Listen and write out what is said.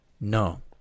No